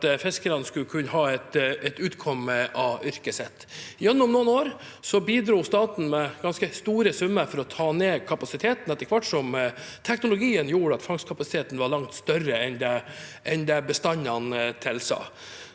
at fiskerne skulle kunne ha et utkomme av yrket sitt. Gjennom noen år bidro staten med ganske store summer for å ta ned kapasiteten, etter hvert som teknologien gjorde at fangstkapasiteten var langt større enn det bestandene tilsa.